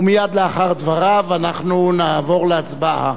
ומייד לאחר דבריו נעבור להצבעה.